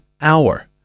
hour